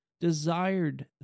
desired